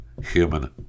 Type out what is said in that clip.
human